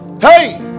Hey